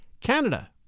Canada